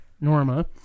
Norma